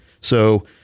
So-